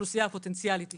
האוכלוסייה הפוטנציאלית היא